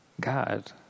God